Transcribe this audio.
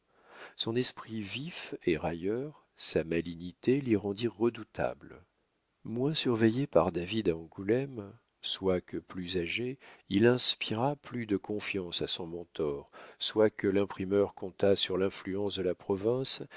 son esprit vif et railleur sa malignité l'y rendirent redoutable moins surveillé par david à angoulême soit que plus âgé il inspirât plus de confiance à son mentor soit que l'imprimeur comptât sur l'influence de la province